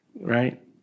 Right